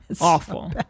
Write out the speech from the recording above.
awful